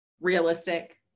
realistic